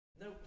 No